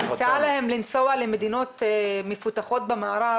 אני מציעה להם לנסוע למדינות מפותחות במערב